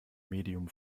medium